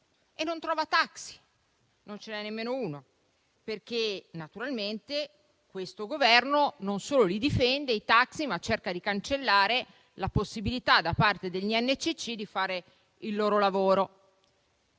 e non lo trova, non ce n'è nemmeno uno, perché naturalmente questo Governo non solo difende i taxi, ma cerca di cancellare la possibilità da parte dei noleggi con conducente di fare il loro lavoro.